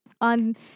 on